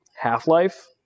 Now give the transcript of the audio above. Half-Life